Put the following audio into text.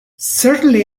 certainly